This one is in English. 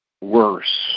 worse